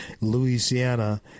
Louisiana